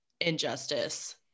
injustice